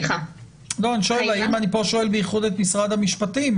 האם פה שואל בייחוד את משרד המשפטים,